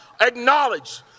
acknowledge